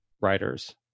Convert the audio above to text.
writers